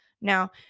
now